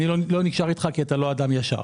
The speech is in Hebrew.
אני לא נקשר איתך כי אתה לא אדם ישר.